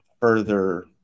further